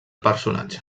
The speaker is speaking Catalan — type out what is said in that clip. personatge